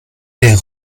der